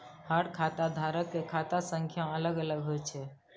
हर खाता धारक के खाता संख्या अलग अलग होइ छै